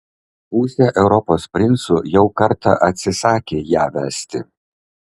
pusė europos princų jau kartą atsisakė ją vesti